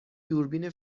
دوربین